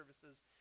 services